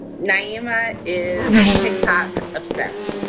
naima is tic tac obsessed.